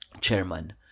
Chairman